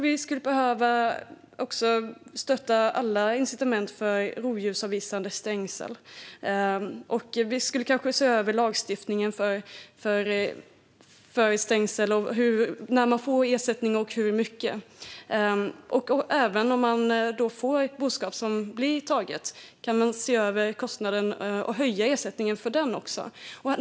Vi skulle kanske också behöva stötta alla incitament för rovdjursavvisande stängsel och se över lagstiftningen för stängsel - när man ska få ersättning och hur mycket. Om man har boskap som blir tagna kan kostnaderna för det ses över och ersättningen höjas.